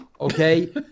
okay